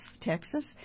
Texas